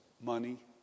Money